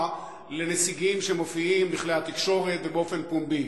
לנציגים שמופיעים בכלי התקשורת ובאופן פומבי.